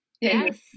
Yes